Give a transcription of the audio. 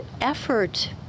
effort